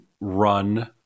run